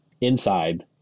inside